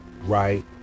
right